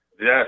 Yes